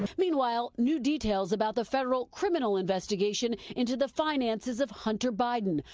meanwhile new details about the federal criminal investigation into the finances of hunter biden.